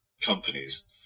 companies